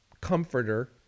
comforter